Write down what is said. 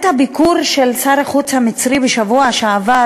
הביקור של שר החוץ המצרי בשבוע שעבר